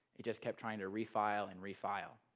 it just kept trying to refile and refile.